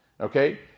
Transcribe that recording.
Okay